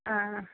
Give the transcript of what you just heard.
ആ